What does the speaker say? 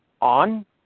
on